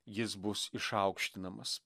jis bus išaukštinamas